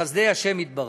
בחסדי השם יתברך,